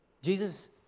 Jesus